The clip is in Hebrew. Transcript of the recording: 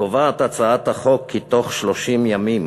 קובעת הצעת החוק כי תוך 30 ימים